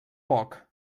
poc